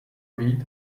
být